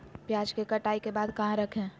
प्याज के कटाई के बाद कहा रखें?